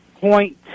point